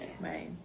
Right